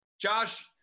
Josh